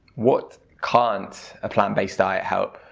what can't a plant-based diet help?